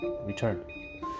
return